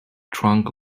trunk